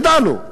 ידענו.